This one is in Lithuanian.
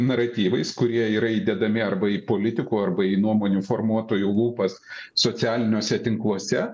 naratyvais kurie yra įdedami arba į politikų arba į nuomonių formuotojų lūpas socialiniuose tinkluose